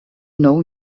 know